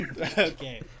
Okay